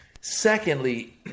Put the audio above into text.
Secondly